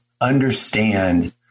understand